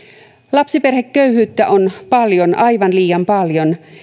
lapsiperheköyhyyttä on paljon aivan liian paljon